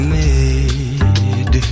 made